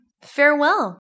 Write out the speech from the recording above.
Farewell